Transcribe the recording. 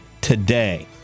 today